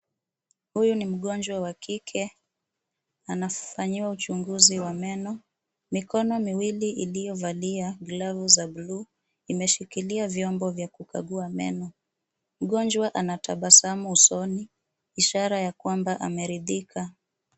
Huyu ni mgonjwa wa kike, anafanyiwa uchunguzi wa meno. Mikono miwili iliyovalia glavu za buluu, imeshikilia vyombo vya kukagua meno. Mgonjwa ana tabasamu usoni, ishara ya kwamba ameridhika.